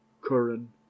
curran